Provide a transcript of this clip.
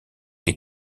les